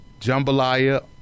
jambalaya